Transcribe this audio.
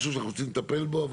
משהו שאנחנו צריכים לטפל בו.